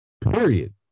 period